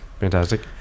Fantastic